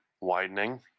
widening